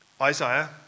Isaiah